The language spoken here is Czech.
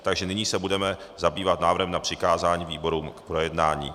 Takže nyní se budeme zabývat návrhem na přikázání výborům k projednání.